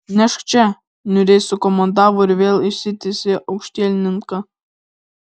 nešk čia niūriai sukomandavo ir vėl išsitiesė aukštielninka